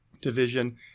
division